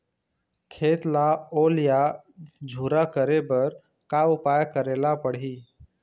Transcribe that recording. खेत ला ओल या झुरा करे बर का उपाय करेला पड़ही?